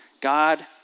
God